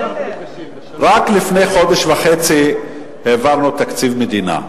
רק לפני חודש וחצי העברנו תקציב מדינה.